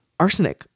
arsenic